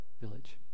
village